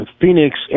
phoenix